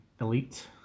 elite